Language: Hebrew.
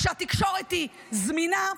כשהתקשורת זמינה,